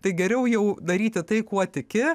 tai geriau jau daryti tai kuo tiki